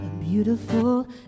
beautiful